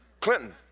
Clinton